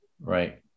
right